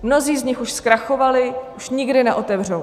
Mnozí z nich už zkrachovali a už nikdy neotevřou.